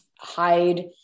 hide